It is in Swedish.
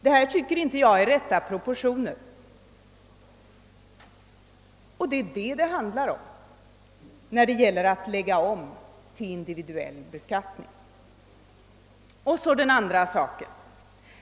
Detta tycker jag inte är de rätta proportionerna, och det är det en individuell beskattning handlar om.